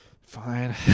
Fine